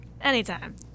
Anytime